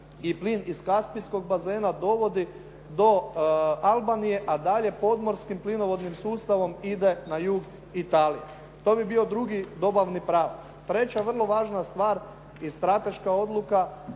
i plin iz Kaspijskog bazena dovodi do Albanije, a dalje podmorskim plinovodnim sustavom ide na jug Italije. To bi bio drugi dobavni pravac. Treća vrlo važna stvar i strateška odluka